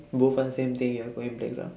both are same thing you're going playground